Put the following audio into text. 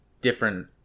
different